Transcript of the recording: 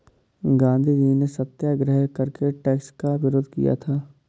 गांधीजी ने सत्याग्रह करके टैक्स का विरोध किया था